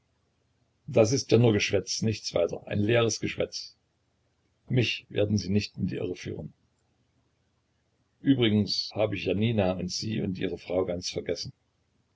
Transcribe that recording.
das ist ja nur geschwätz nichts weiter ein leeres geschwätz mich werden sie nicht in die irre führen übrigens hab ich janina und sie und ihre frau ganz vergessen